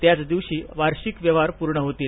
त्याच दिवशी वार्षिक व्यवहार पूर्ण होतील